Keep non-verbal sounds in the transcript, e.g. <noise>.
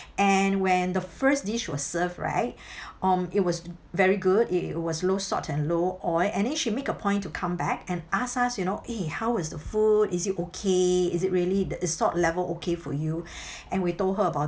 and when the first dish was served right <breath> um it was very good it was low salt and low oil and then she make a point to come back and ask us you know eh how is the food is it okay is it really the salt level okay for you <breath> and we told her about